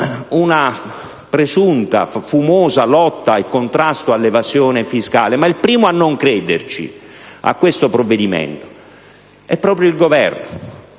un presunto, fumoso contrasto all'evasione fiscale. Ma il primo a non credere a questo provvedimento è proprio il Governo.